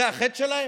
זה החטא שלהם?